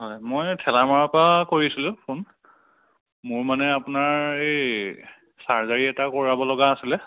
হয় মই ঠেলামৰাৰ পৰা কৰিছিলোঁ ফোন মোৰ মানে আপোনাৰ এই চাৰ্জাৰী এটা কৰাব লগা আছিলে